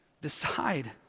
decide